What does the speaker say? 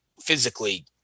physically